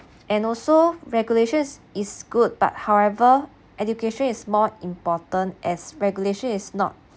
and also regulations is good but however education is more important as regulation is not